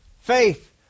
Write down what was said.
faith